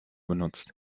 benutzt